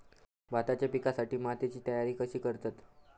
भाताच्या पिकासाठी मातीची तयारी कशी करतत?